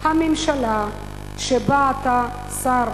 הממשלה שבה אתה שר,